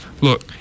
look